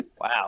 Wow